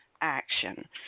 action